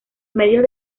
medios